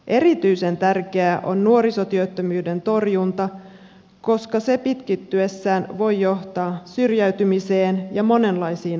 erityisen tärkeää on nuorisotyöttömyyden torjunta koska se pitkittyessään voi johtaa syrjäytymiseen ja monenlaisiin ongelmiin